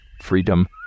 Freedom